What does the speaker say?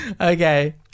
Okay